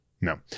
No